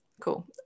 cool